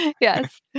Yes